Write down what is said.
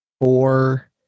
four